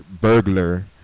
Burglar